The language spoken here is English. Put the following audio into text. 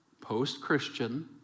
post-Christian